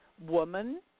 woman